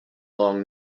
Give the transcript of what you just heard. long